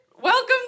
Welcome